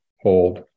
hold